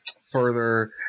further